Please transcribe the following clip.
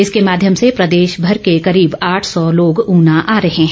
इसके माध्यम से प्रदेश भर के करीब आठ सौ लोग ऊना आ रहे हैं